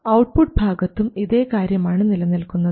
output ഭാഗത്തും ഇതേ കാര്യമാണ് നിലനിൽക്കുന്നത്